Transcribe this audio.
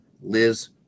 Liz